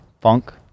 funk